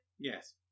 Yes